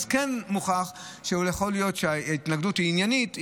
אז כן, מוכח שיכול להיות שההתנגדות היא עניינית.